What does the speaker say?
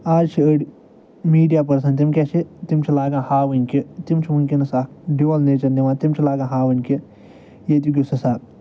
آز چھِ أڑۍ میٖڈِیا پٔرسَن تِم کیٛاہ چھِ تِم چھِ لاگان ہاوٕنۍ کہِ تِم چھِ وٕنۍکٮ۪نَس اَکھ ڈِوَل نیچَر نِوان تِم چھِ لاگان ہاوٕنۍ کہِ ییٚتیُک یُس ہسا